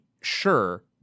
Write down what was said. sure